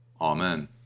Amen